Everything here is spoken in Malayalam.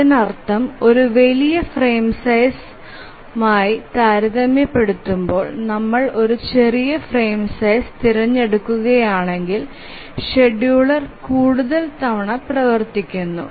അതിനർത്ഥം ഒരു വലിയ ഫ്രെയിം സൈസ് ഉമായി താരതമ്യപ്പെടുത്തുമ്പോൾ നമ്മൾ ഒരു ചെറിയ ഫ്രെയിം സൈസ് തിരഞ്ഞെടുക്കുകയാണെങ്കിൽ ഷെഡ്യൂളർ കൂടുതൽ തവണ പ്രവർത്തിക്കുന്നു